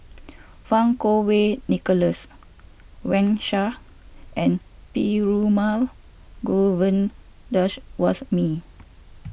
Fang Kuo Wei Nicholas Wang Sha and Perumal Govindaswasmy